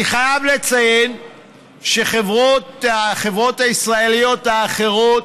אני חייב לציין שהחברות הישראליות האחרות,